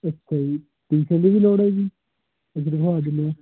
ਅੱਛਾ ਜੀ ਟਿਊਸ਼ਨ ਦੀ ਵੀ ਲੋੜ ਹੈ ਜੀ ਅਸੀਂ ਰੱਖਵਾ ਦਿੰਦੇ ਹਾਂ